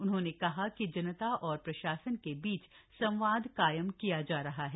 उन्होंने कहा कि जनता और प्रशासन के बीच संवाद कायम किया जा रहा है